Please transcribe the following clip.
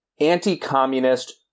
anti-communist